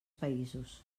països